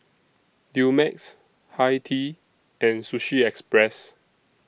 Dumex Hi Tea and Sushi Express